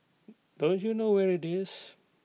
don't you know where IT is